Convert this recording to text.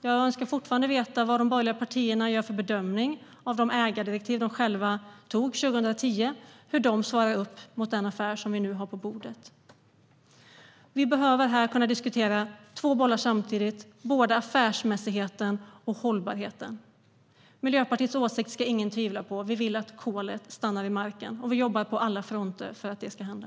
Jag önskar fortfarande veta vilken bedömning de borgerliga partierna gör av de ägardirektiv som de själva beslutade om 2010, hur de svarar upp mot den affär som vi nu har på bordet. Vi behöver kunna diskutera två saker samtidigt, både affärsmässigheten och hållbarheten. Miljöpartiets åsikt ska ingen tvivla på. Vi vill att kolet stannar i marken, och vi jobbar på alla fronter för att det ska hända.